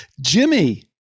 jimmy